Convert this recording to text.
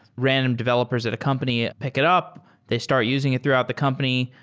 random developers at a company pick it up, they start using it throughout the company,